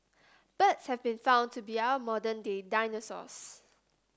birds have been found to be our modern day dinosaurs